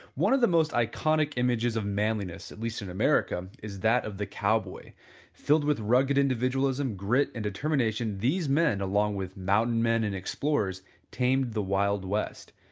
one of the most iconic images of manliness at least in america is that of the cowboy filled with rugged individualism, grid and determination, these men along with mountain men and explorers tamed the wild west.